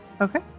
Okay